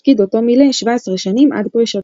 תפקיד אותו מילא 17 שנים עד פרישתו.